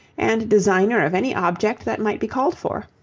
and designer of any object that might be called for.